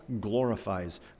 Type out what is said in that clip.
glorifies